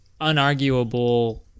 unarguable